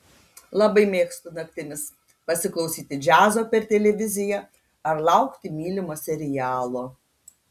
labai mėgstu naktimis pasiklausyti džiazo per televiziją ar laukti mylimo serialo